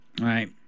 right